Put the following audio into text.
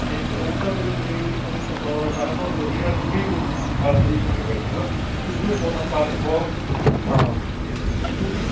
ਉਹ ਤਾਂ ਫਿਰ ਵੀਰੇ ਤੁਹਾਨੂੰ ਸਾਰਿਆਂ ਨਾਲੋਂ ਵਧੀਆ ਛੋਟੀ ਬਾਰਾਦਰੀ ਸੂਟ ਬੈਠੇਗਾ ਕਿਉਂਕਿ ਉਹ ਪ ਪਾਰਕ ਬਹੁਤ ਹਾਂ ਵੀਰੇ ਕਿਉਂਕਿ